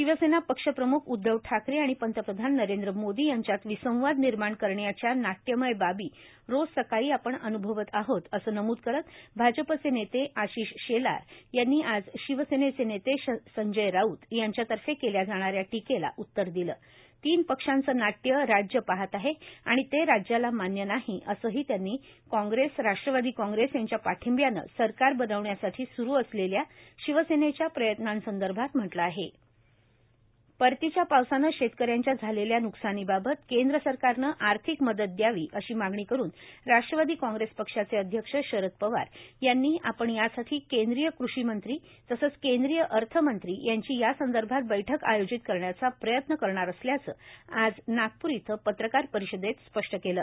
शिवसेना पक्ष प्रम्ख उद्वव ठाकरे आणि पंतप्रधान नरेंद्र मोदी यांच्यात विसंवाद निर्माण करण्याच्या नाट्यमय बाबी रोज सकाळी आपण अनुभवत आहोतए असं नमूद करत भाजपचे नेते आशीष शेलार यांनी आज शिवसेनेचे नेते संजय राऊत यांच्यातर्फे केल्या जाणाऱ्या टीकेला उत्तर दिलं आहेण तीन पक्षांचं नाट्य राज्य पहात आहे आणि ते राज्याला मान्य नाहीए असंही त्यांनी काँग्रेसए राष्ट्रवादी काँग्रेस यांच्या पाठिंब्यानं सरकार बनवण्यासाठी सुरू असलेल्या शिवसेनेच्या प्रयत्नांसंदर्भात म्हटलं आहेण परतीच्या पावसानं ौतकऱ्यांच्या झालेल्या नुकसानीवावत केंद्र सरकारनं आर्थिक मदत द्यावी अशी मागणी करून राट्रवादी कॉंप्रेस पक्षाचे अध्यक्ष रद पवार यांनी आपण यासाठी केंद्रीय क्री मंत्री तसंच केंद्रीय अर्थमंत्री यांची यासंदर्भात बैठक आयोजित करण्याचा प्रयत्न करणार असल्याचं आज नागपूर इथं पत्रकार परिदेत स्पट केलं